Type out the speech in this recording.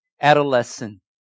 adolescent